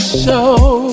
show